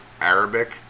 Arabic